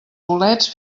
bolets